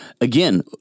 again